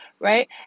Right